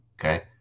Okay